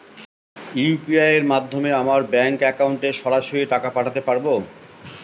UPI এর মাধ্যমে আমরা ব্যাঙ্ক একাউন্টে সরাসরি টাকা পাঠাতে পারবো?